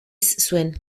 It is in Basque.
zuen